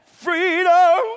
freedom